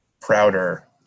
prouder